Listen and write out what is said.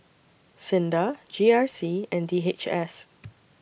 SINDA G R C and D H S